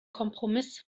kompromiss